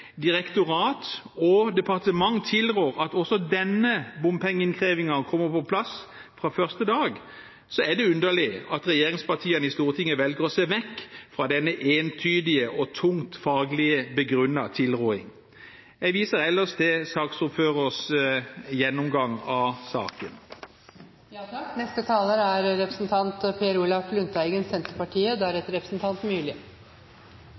direktorat og departement tilrår at også denne bompengeinnkrevingen kommer på plass fra første dag, det er underlig at regjeringspartiene i Stortinget velger å se vekk fra denne entydige og tungt faglig begrunnede tilråding. Jeg viser ellers til saksordførerens gjennomgang av saken. Det vi nå skal behandle, er